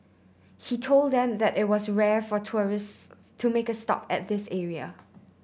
he told them that it was rare for tourists to make a stop at this area